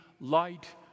light